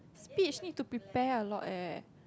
speech need to prepare a lot eh